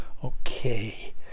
Okay